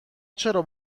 چرا